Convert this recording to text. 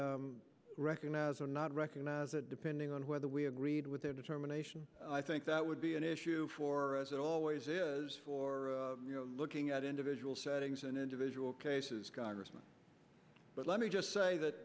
we recognize or not recognize it depending on whether we agreed with their determination i think that would be an issue for as it always is for looking at individual settings and individual cases congressman but let me just say that